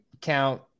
count